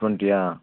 ட்வெண்ட்டியா